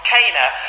Cana